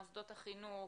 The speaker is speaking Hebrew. מוסדות החינוך,